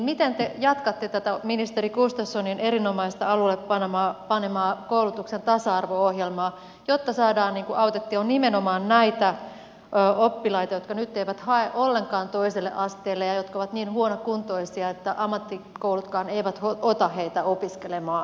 miten te jatkatte tätä ministeri gustafssonin erinomaista alulle panemaa koulutuksen tasa arvo ohjelmaa jotta saadaan autettua nimenomaan näitä oppilaita jotka nyt eivät hae ollenkaan toiselle asteelle ja jotka ovat niin huonokuntoisia että ammattikoulutkaan eivät ota heitä opiskelemaan